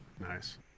Nice